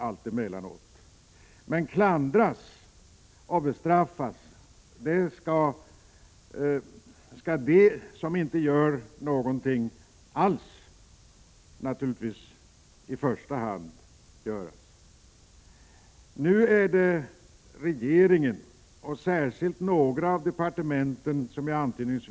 Det är de som över huvud taget inte gör någonting som skall klandras eller bestraffas. Det gäller regeringen och särskilt några av departementen.